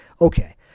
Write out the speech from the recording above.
okay